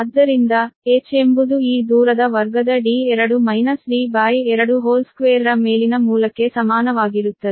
ಆದ್ದರಿಂದ h ಎಂಬುದು ಈ ಡಿಸ್ಟೆನ್ಸ್ ನ ವರ್ಗದ d2 ಮೈನಸ್ d22 ನ ಮೇಲಿನ ಮೂಲಕ್ಕೆ ಸಮಾನವಾಗಿರುತ್ತದೆ